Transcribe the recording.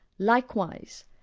likewise,